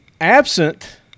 absent